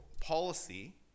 policy